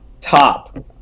Top